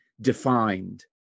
defined